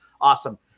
awesome